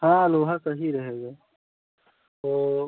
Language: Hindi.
हाँ लोहा का ही रहेगा तो